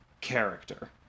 character